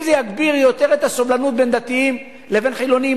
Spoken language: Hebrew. אם זה יגביר את הסובלנות בין דתיים לבין חילונים,